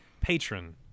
Patron